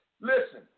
Listen